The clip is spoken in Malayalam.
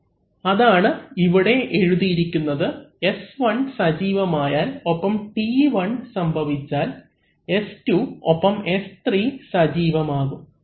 അവലംബിക്കുന്ന സ്ലൈഡ് സമയം 1209 അതാണ് ഇവിടെ എഴുതിയിരിക്കുന്നത് S1 സജീവം ആയാൽ ഒപ്പം T1 സംഭവിച്ചാൽ S2 ഒപ്പം S3 സജീവം ആകും